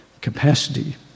capacity